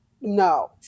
No